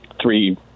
three